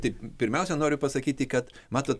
taip pirmiausia noriu pasakyti kad matot